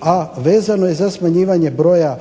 a vezano je za smanjivanje broja